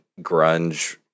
grunge